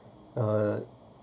uh